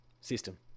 system